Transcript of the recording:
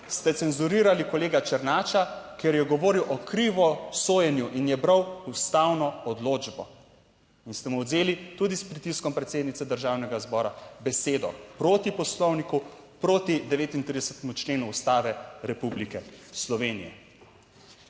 ste cenzurirali kolega Černača, ker je govoril o krivosojenju in je bral ustavno odločbo. In ste mu odvzeli, tudi s pritiskom predsednice Državnega zbora, besedo proti Poslovniku, proti 39. členu Ustave Republike Slovenije.